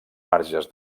marges